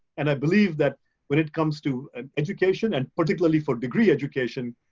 and i believe that when it comes to ah education and particularly for degree education,